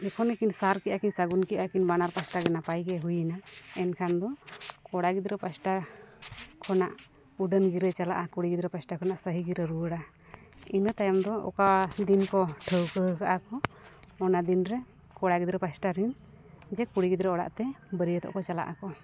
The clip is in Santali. ᱡᱚᱠᱷᱚᱱ ᱜᱮᱠᱤᱱ ᱥᱟᱨ ᱠᱮᱫᱟᱠᱤᱱ ᱥᱟᱹᱜᱩᱱ ᱠᱮᱫᱟᱠᱤᱱ ᱵᱟᱱᱟᱨ ᱯᱟᱦᱴᱟᱜᱮ ᱱᱟᱯᱟᱭᱜᱮ ᱦᱩᱭᱮᱱᱟ ᱮᱱᱠᱷᱟᱱ ᱫᱚ ᱠᱚᱲᱟ ᱜᱤᱫᱽᱨᱟᱹ ᱯᱟᱦᱴᱟ ᱠᱷᱚᱱᱟᱜ ᱩᱰᱟᱹᱱ ᱜᱤᱨᱟᱹ ᱪᱟᱞᱟᱜᱼᱟ ᱠᱩᱲᱤ ᱜᱤᱫᱽᱨᱟᱹ ᱯᱟᱦᱴᱟ ᱠᱷᱚᱱᱟᱜ ᱥᱳᱭ ᱜᱤᱨᱟᱹ ᱨᱩᱣᱟᱹᱲᱟ ᱤᱱᱟᱹ ᱛᱟᱭᱚᱱ ᱫᱚ ᱚᱠᱟ ᱫᱤᱱ ᱠᱚ ᱴᱷᱟᱹᱣᱠᱟᱹ ᱟᱠᱟᱫᱟ ᱠᱚ ᱚᱱᱟ ᱫᱤᱱᱨᱮ ᱠᱚᱲᱟ ᱜᱤᱫᱽᱨᱟᱹ ᱯᱟᱥᱴᱟ ᱨᱮᱱ ᱡᱮ ᱠᱩᱲᱤ ᱜᱤᱫᱽᱨᱟᱹ ᱚᱲᱟᱜᱼᱛᱮ ᱵᱟᱹᱨᱭᱟᱹᱛᱚᱜ ᱠᱚ ᱪᱟᱞᱟᱜ ᱟᱠᱚ